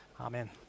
Amen